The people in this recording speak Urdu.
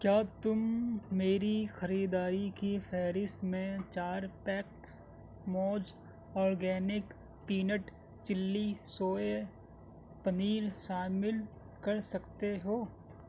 کیا تم میری خریداری کی فہرست میں چار پیکس موج آرگینک پینٹ چلی سوئے پنیر شامل کر سکتے ہو